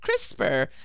CRISPR